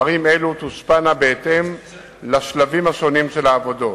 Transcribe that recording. ערים אלה תושפענה בהתאם לשלבים השונים של העבודות.